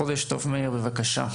חודש טוב, מאיר, בבקשה.